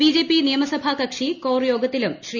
BJP നിയമസഭാ കക്ഷി core യോഗത്തിലും ശ്രീ